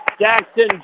Jackson